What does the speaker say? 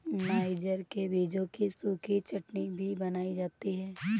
niger के बीजों की सूखी चटनी भी बनाई जाती है